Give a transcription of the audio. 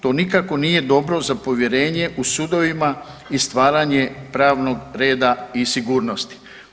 To nikako nije dobro za povjerenje u sudovima i stvaranje pravnog reda i sigurnosti.